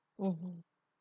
mmhmm